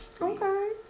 Okay